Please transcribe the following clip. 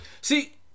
See